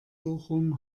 bochum